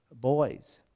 boys